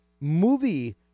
movie